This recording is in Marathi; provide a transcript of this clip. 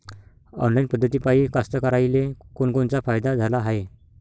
ऑनलाईन पद्धतीपायी कास्तकाराइले कोनकोनचा फायदा झाला हाये?